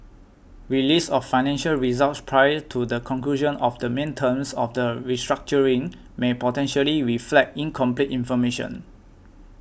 release of financial results prior to the conclusion of the main terms of the restructuring may potentially reflect incomplete information